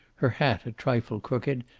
her hat a trifle crooked,